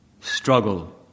Struggle